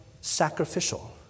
sacrificial